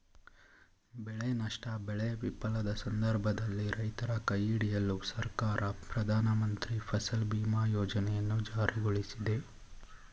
ಬೆಳೆ ನಷ್ಟ ಬೆಳೆ ವಿಫಲದ ಸಂದರ್ಭದಲ್ಲಿ ರೈತರ ಕೈಹಿಡಿಯಲು ಸರ್ಕಾರ ಪ್ರಧಾನಮಂತ್ರಿ ಫಸಲ್ ಬಿಮಾ ಯೋಜನೆಯನ್ನು ಜಾರಿಗೊಳಿಸಿದೆ